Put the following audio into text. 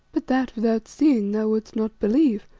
but that, without seeing, thou wouldst not believe,